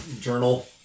journal